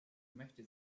möchte